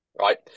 right